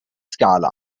skala